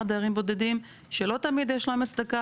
דיירים בודדים שלא תמיד יש להם הצדקה,